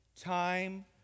time